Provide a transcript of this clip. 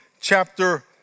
chapter